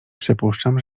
przypuszczam